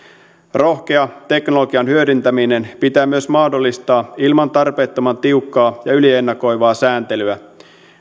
rohkea teknologian hyödyntäminen pitää myös mahdollistaa ilman tarpeettoman tiukkaa ja yliennakoivaa sääntelyä